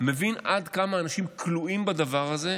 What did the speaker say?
מבין עד כמה אנשים כלואים בדבר הזה,